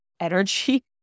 energy